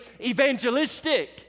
evangelistic